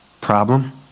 Problem